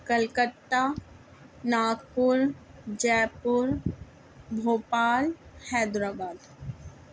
Calcutta Nagpur Jaipur Bhopal Hyderabad